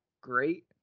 great